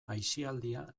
aisialdia